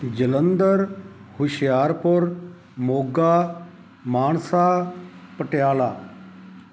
Jalandhar Hoshiarpur Moga Mansa Patiala